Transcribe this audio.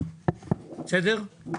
בסדר?